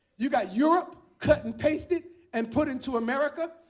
you got europe cut and pasted and put into america.